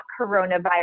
coronavirus